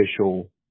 official